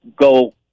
go